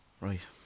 right